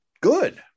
good